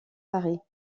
paris